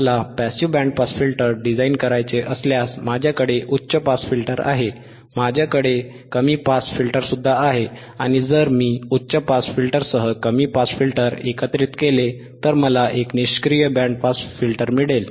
मला passive band pass filter design करायचे असल्यास माझ्याकडे उच्च पास फिल्टर आहे माझ्याकडे कमी पास फिल्टर सुद्धा आहे आणि जर मी उच्च पास फिल्टरसह कमी पास फिल्टर एकत्रित केले तर मला एक निष्क्रिय बँड पास फिल्टर मिळेल